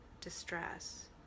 distress